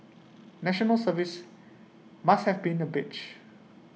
National Service must have been A bitch